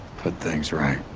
put things right.